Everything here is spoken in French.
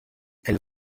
elles